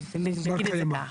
נגיד את זה כך.